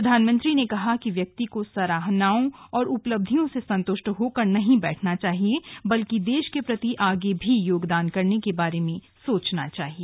प्रधानमंत्री ने कहा कि व्यक्ति को सराहनाओं और उपलब्धियों से संतुष्ट होकर नहीं बैठना चाहिए बल्कि देश के प्रति आगे भी योगदान करने के बारे में सोचना चाहिए